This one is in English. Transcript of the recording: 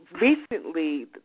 recently